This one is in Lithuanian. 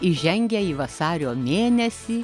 įžengę į vasario mėnesį